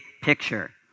picture